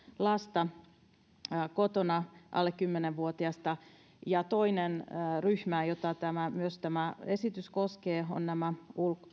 lasta alle kymmenen vuotiasta kotona ja toinen ryhmä jota tämä esitys myös koskee ovat nämä